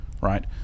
right